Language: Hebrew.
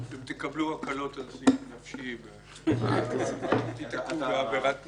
אתם תקבלו הקלות על סעיף נפשי אם תתפסו בעבירת תאונה.